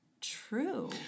true